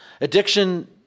Addiction